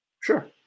Sure